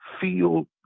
feel